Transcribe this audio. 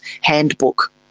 handbook